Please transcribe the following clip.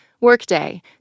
Workday